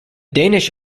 danish